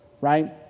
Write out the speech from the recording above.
right